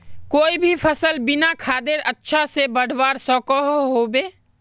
कोई भी सफल बिना खादेर अच्छा से बढ़वार सकोहो होबे?